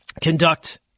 conduct